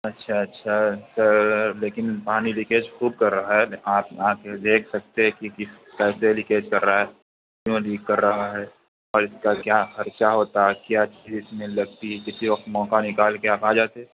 اچھا اچھا سر لیکن پانی لیکیج خوب کر رہا ہے آپ آ کے دیکھ سکتے کہ کس طرح لیکیج کر رہا ہے کیوں لیک کر رہا ہے اور اس کا کیا خرچہ ہوتا کیا فیس میں لگتی کسی وقت موقع نکال کے آپ آ جاتے